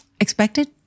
expected